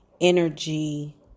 energy